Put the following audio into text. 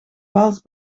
waals